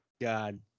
God